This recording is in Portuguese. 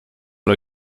por